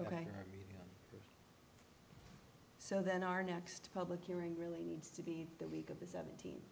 ok so then our next public hearing really needs to be the week of the seventeenth